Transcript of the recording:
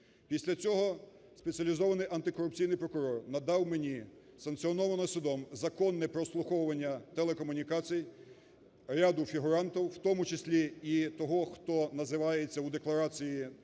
Після цього спеціалізований антикорупційний прокурор надав мені санкціоноване судом законне прослуховування телекомунікацій ряду фігурантів, в тому числі і того, хто називається в декларації